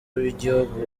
w’igihugu